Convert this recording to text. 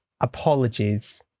Apologies